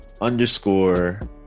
underscore